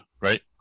right